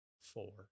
four